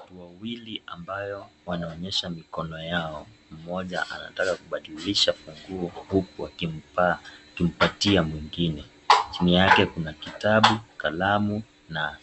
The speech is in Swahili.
watu wawili ambao wanaonyesha mikono yao. Mmoja anataka kubadilisha funguo huku akimpatia mwingine. Chini yake kuna kitabu, kalamu na